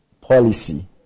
policy